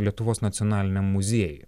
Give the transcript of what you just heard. lietuvos nacionaliniam muziejui